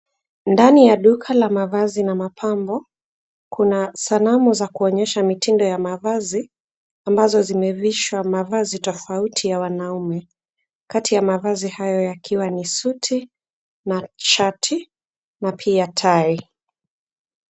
Ndani ya duka la mavazi na mapambo. Kuna sanamu za kuonyesha mitindo ya mavazi ambazo zimevishwa na mavazi tofauti ya wanaume kati ya mavazi hayo yakiwa ni suti na shati na pia tawi.